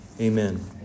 Amen